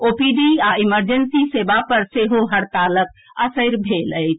OPD आ emergency सेवा पर सेहो हड़तालक असरि भेल अछि